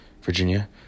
Virginia